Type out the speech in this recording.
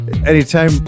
Anytime